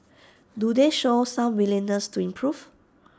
do they show some willingness to improve